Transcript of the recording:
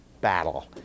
battle